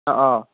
অঁ অঁ